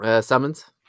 summons